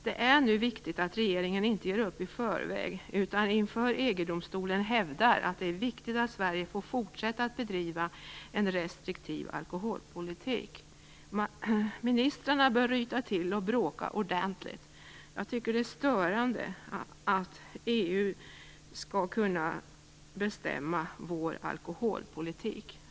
Det är nu viktigt att regeringen inte ger upp i förväg utan inför EG-domstolen hävdar att det är viktigt att Sverige får fortsätta att bedriva en restriktiv alkoholpolitik. Ministrarna bör ryta till och bråka ordentligt. Det är störande att EU skall kunna bestämma vår alkoholpolitik.